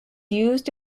used